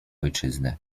ojczyzny